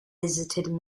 visited